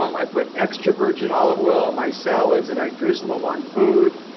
um i put extra virgin olive oil on my salads and i drizzle them on food.